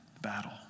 battle